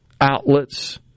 outlets